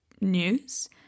news